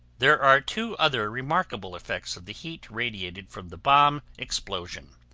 there are two other remarkable effects of the heat radiated from the bomb explosion.